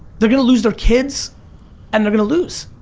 they're going to lose their kids and they're going to lose.